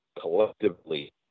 collectively